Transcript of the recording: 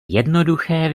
jednoduché